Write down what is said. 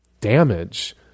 damage